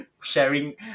sharing